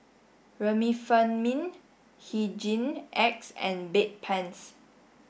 Remifemin Hygin X and Bedpans